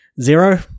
zero